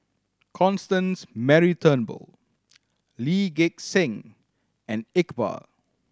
Constance Mary Turnbull Lee Gek Seng and Iqbal